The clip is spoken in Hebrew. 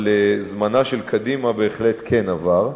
אבל זמנה של קדימה בהחלט כן עבר.